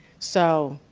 so,